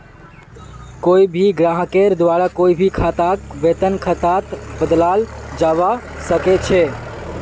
कोई भी ग्राहकेर द्वारा कोई भी खाताक वेतन खातात बदलाल जवा सक छे